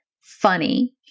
funny